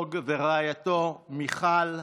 ורעייתו מיכל,